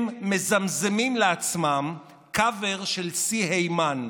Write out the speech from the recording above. הם מזמזמים לעצמם קאבר לסי היימן: